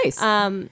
Nice